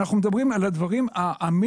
אנחנו מדברים על הדברים שבמינימום,